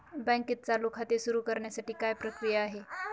बँकेत चालू खाते सुरु करण्यासाठी काय प्रक्रिया आहे?